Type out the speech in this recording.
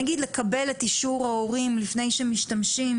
נגיד לקבל את אישור ההורים לפני שהם משתמשים